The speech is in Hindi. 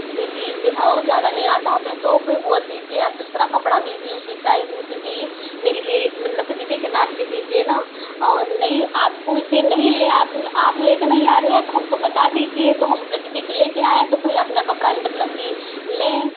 जिससे कि और ज़्यादा लेना चाहते हैं तो अभी बोल दीजिए आप दूसरा कपड़ा दीजिए उसी सैज दी दी मेरी लिए मतलब कि दीदी के नाप के दीजिए ना और नहीं आपको उसे नहीं ले आप आप लेके नहीं आ रहे तो हमको बता दीजिए तो हम अपने दीदी के लेके आएं तो भैया अपना कपड़ा मतलब की लें